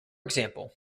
example